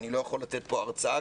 אני לא יכול לתת פה הרצאה,